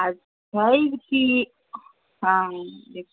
आ छै की हॅं